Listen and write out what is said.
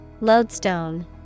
Lodestone